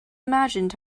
imagined